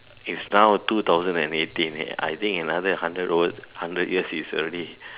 is now two thousand and eighteen I think another hundred years its already